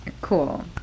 cool